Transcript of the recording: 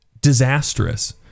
disastrous